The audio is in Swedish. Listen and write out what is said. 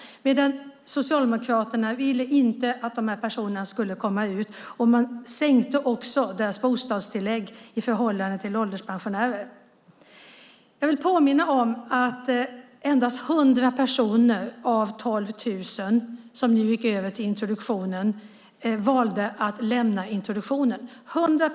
Socialdemokraterna ville inte att dessa personer skulle komma ut på arbetsmarknaden. Man sänkte deras bostadstillägg i förhållande till ålderspensionärer. Jag vill påminna om att endast 100 personer av de 12 000 som gick över till introduktionen valde att lämna introduktionen.